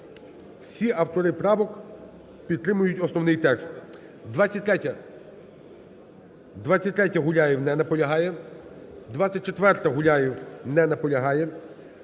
всі автори правок підтримують основний текст. 23-я. Гуляєв. Не наполягає. 24-а. Гуляєв. Не наполягає.